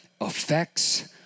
affects